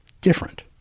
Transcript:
different